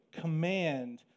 command